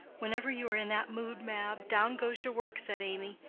whenever you are in that mood, mab, down goes your work, said amy.